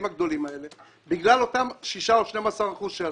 הגדולים האלה בגלל אותם 6 או 12 אחוזים שעשו.